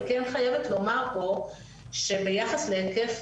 אני כן חייבת לומר פה שביחס להיקף